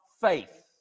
faith